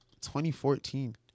2014